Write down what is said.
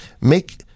make